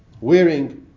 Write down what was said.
wearing